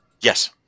Yes